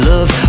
Love